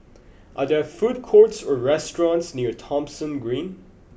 are there food courts or restaurants near Thomson Green